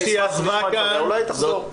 אולי היא תחזור.